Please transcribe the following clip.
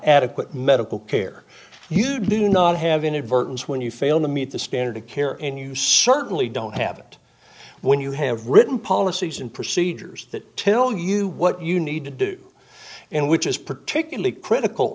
adequate medical care you do not have inadvertence when you fail to meet the standard of care and you certainly don't have it when you have written policies and procedures that tell you what you need to do and which is particularly critical